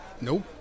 Nope